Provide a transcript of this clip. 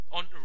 on